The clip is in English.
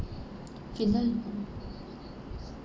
finland